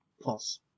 plus